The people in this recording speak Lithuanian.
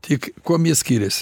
tik kuom jie skirias